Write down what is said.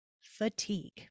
fatigue